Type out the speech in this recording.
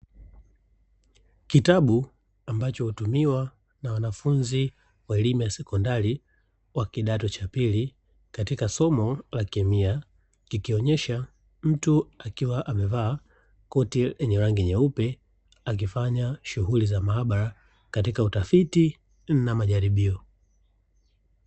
Kitabu ambacho hutumiwa na wanafunzi wa sekondari wa kidato cha pili katika somo la kemia, kikionyesha mtu akiwa amevaa koti lenye rangi nyeupe akifanya shughuli za maabara katika utafiti na majaribio.